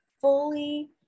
fully